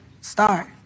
start